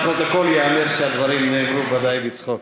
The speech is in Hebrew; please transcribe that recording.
לפרוטוקול ייאמר שהדברים נאמרו, בוודאי, בצחוק.